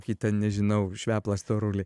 kita nežinau šveplą storulį